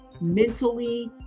mentally